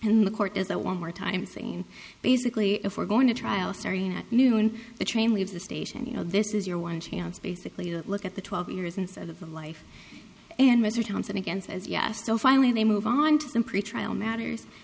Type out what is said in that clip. and the court is that one more time saying basically if we're going to trial starting at noon the train leaves the station you know this is your one chance basically to look at the twelve years instead of the life and mr townson against as yes so finally they move on to some pretrial matters